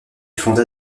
fonda